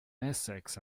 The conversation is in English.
essex